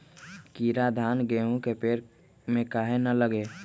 कीरा धान, गेहूं के पेड़ में काहे न लगे?